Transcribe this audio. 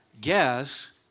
guess